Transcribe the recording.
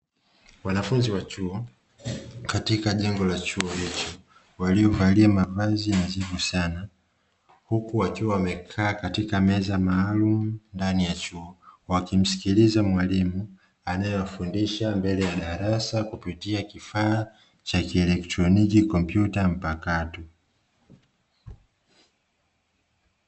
Wanafunzi wa chuo katika jengo la chuo hichi waliovalia mavazi nadhifu sana, huku wakiwa wamekaa katika meza maalumu ndani ya chuo wa kimsikiliza mwalimu anayewafundisha mbele ya darasa kupitia kifaa cha kieletroniki kopyuta mpakato.